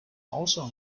also